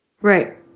Right